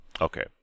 Okay